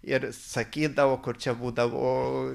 ir sakydavo kur čia būdavo